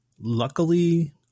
Luckily